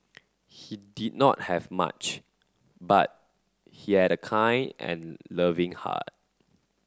he did not have much but he had a kind and loving heart